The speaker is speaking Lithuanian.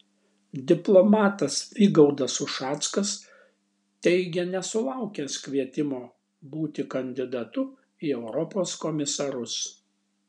diplomatas vygaudas ušackas teigia nesulaukęs kvietimo būti kandidatu į europos komisarus